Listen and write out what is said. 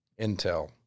intel